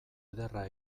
ederra